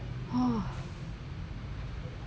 oh